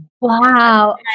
Wow